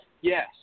Yes